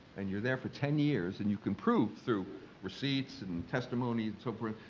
and you're there for ten years and you can prove through receipts and testimony and so forth,